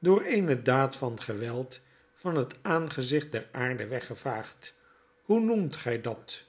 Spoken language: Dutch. door eene daad van geweld van het aangezicht der aarde weggevaagd hoe noemt gtl oat